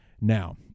now